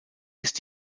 ist